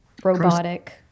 robotic